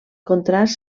contrast